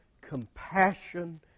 compassion